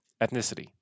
ethnicity